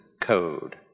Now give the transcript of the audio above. code